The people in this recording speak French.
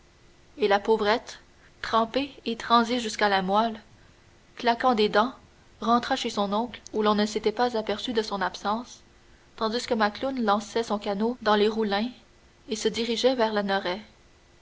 et la pauvrette trempée et transie jusqu'à la moëlle claquant des dents rentra chez son oncle où l'on ne s'était pas aperçu de son absence tandis que macloune lançait son canot dans les roulins et se dirigeait vers lanoraie